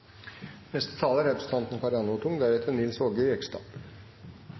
Neste taler er representanten